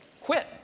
quit